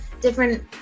different